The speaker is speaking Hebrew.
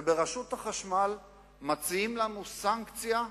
וברשות החשמל מציעים לנו סנקציה,